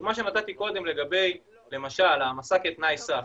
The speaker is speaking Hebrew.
הדוגמה שנתת קודם לגבי למשל העמסה כתנאי סף,